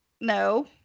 no